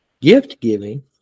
gift-giving